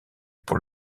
pour